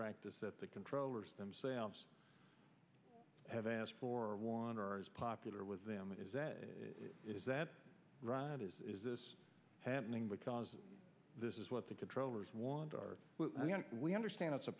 practice that the controllers themselves have asked for want or is popular with them is that right is this happening because this is what the controllers want or we understand it's a